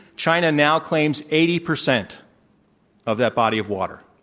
china now claims eighty percent of that body of water.